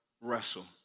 wrestle